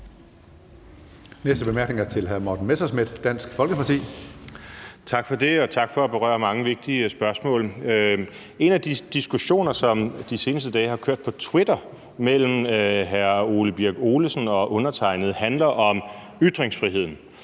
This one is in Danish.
korte bemærkning er til hr. Morten Messerschmidt, Dansk Folkeparti. Kl. 15:57 Morten Messerschmidt (DF): Tak for det, og tak for at berøre mange vigtige spørgsmål. En af de diskussioner, som de seneste dage har kørt på Twitter mellem hr. Ole Birk Olesen og undertegnede, handler om ytringsfriheden.